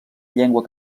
llengua